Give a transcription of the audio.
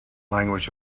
language